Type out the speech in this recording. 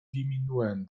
diminuen